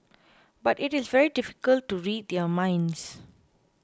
but it is very difficult to read their minds